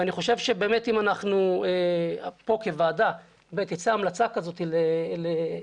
ואני חושב שאם אנחנו פה כוועדה תצא המלצה כזאת ל-266ה,